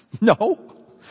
No